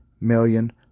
million